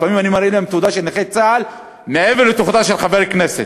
לפעמים אני מראה להם תעודה של נכה צה"ל מעבר לתעודה של חבר כנסת,